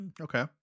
okay